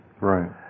Right